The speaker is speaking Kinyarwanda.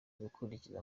gukurikiza